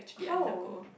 how